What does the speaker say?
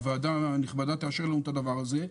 הוועדה הנכבדה תאשר לנו את הדבר הזה,